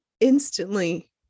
instantly